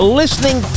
listening